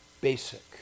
basic